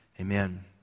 Amen